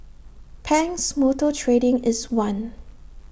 Pang's motor trading is one